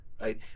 right